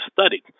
studied